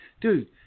dude